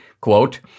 quote